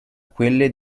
quelle